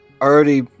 already